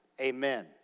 amen